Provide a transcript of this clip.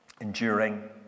enduring